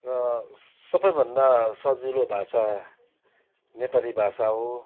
र सबैभन्दा सजिलो भाषा नेपाली भाषा हो